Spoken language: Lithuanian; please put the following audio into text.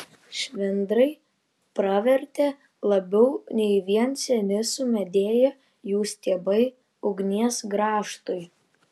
švendrai pravertė labiau nei vien seni sumedėję jų stiebai ugnies grąžtui